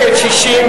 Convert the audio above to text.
אלקטרונית.